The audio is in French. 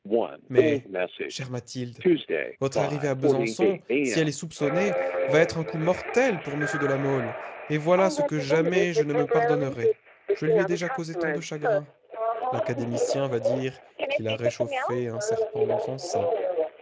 mais chère mathilde votre arrivée à besançon si elle est soupçonnée va être un coup mortel pour m de la mole et voilà ce que jamais je ne me pardonnerai je lui ai déjà causé tant de chagrin l'académicien va dire qu'il a réchauffé un serpent dans son sein